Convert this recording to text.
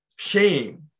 shame